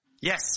Yes